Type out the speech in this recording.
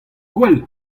gwell